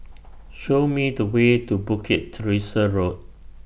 Show Me The Way to Bukit Teresa Road